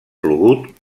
plogut